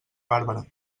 bàrbara